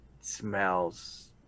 smells